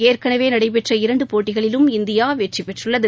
ஏற்கனவே நடைபெற்ற இரண்டு போட்டிகளிலும் இந்தியா வெற்றிபெற்றுள்ளது